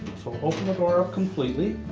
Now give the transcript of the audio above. open the door up completely,